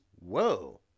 whoa